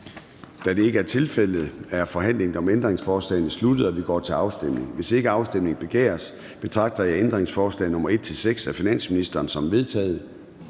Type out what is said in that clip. Da det ikke er tilfældet, er forhandlingen om ændringsforslaget sluttet, og vi går til afstemning. Kl. 10:10 Afstemning Formanden (Søren Gade): Hvis ikke afstemning begæres, betragter jeg ændringsforslag nr. 1 af finansministeren som vedtaget.